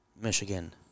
Michigan